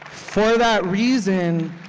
for that reason,